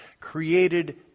created